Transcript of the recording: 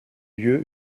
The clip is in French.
lieu